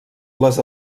les